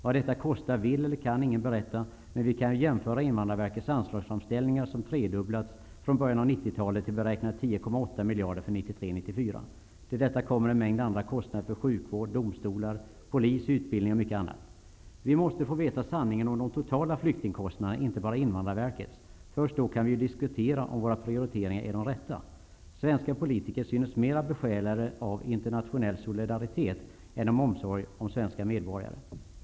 Vad detta kostar varken vill eller kan någon berätta, men vi kan ju jämföra Invandrarverkets anslagsframställningar som tredubblats från början av 90-talet till beräknade 10,8 miljarder för 1993/94. Till detta kommer en mängd andra kostnader för sjukvård, domstolar, polis, utbildning och mycket annat. Vi måste få veta sanningen om de totala flyktingkostnaderna, inte bara Invandrarverkets kostnader. Först då kan vi diskutera om våra prioriteringar är de rätta. Svenska politiker synes vara mer besjälade av internationell solidaritet än av omsorg om svenska medborgare.